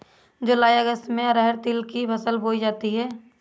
जूलाई अगस्त में अरहर तिल की फसल बोई जाती हैं